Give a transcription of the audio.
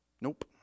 Nope